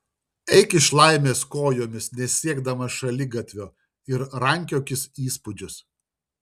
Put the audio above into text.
eik iš laimės kojomis nesiekdamas šaligatvio ir rankiokis įspūdžius